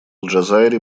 джазайри